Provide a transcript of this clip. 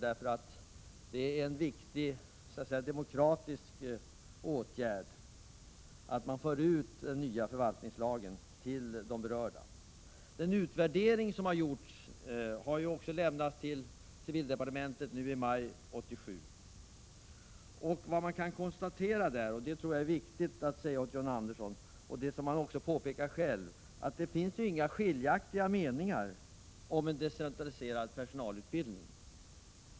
Det är en viktig demokratisk åtgärd att den nya förvaltningslagen förs ut till de berörda. Den utvärdering som gjordes lämnades till civildepartementet i maj 1987. Man kan där konstatera — det tror jag är viktigt att säga till John Andersson trots att han själv påpekar det — att det inte finns några skiljaktiga meningar om en decentraliserad personalutbildning.